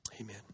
Amen